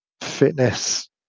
fitness